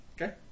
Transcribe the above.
okay